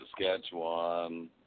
Saskatchewan